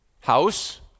house